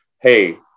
hey